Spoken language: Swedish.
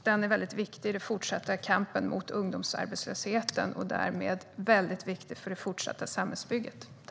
Den är viktig i den fortsatta kampen mot ungdomsarbetslösheten och därmed mycket viktig för det fortsatta samhällsbygget.